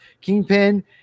Kingpin